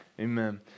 Amen